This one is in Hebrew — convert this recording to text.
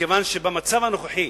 מכיוון שבמצב הנוכחי,